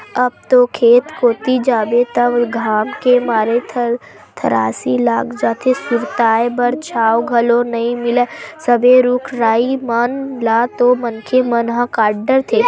अब तो खेत कोती जाबे त घाम के मारे थरथरासी लाग जाथे, सुरताय बर छांव घलो नइ मिलय सबे रुख राई मन ल तो मनखे मन ह काट डरथे